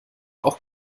auch